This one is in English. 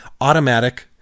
automatic